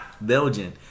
Belgian